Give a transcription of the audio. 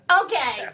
okay